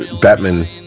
Batman